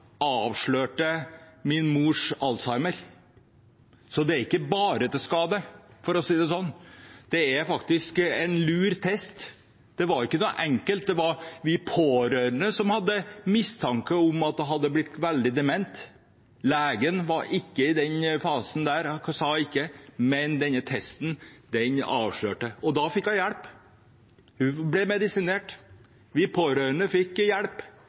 avslørte min mors alzheimer. Det er ikke bare til skade, for å si det sånn, det er faktisk en lur test. Det var ikke noe enkelt – vi pårørende hadde mistanke om at hun var blitt veldig dement, legen sa ikke det i den fasen, men denne testen avslørte det. Da fikk hun hjelp, hun ble medisinert, og vi pårørende fikk hjelp